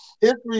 history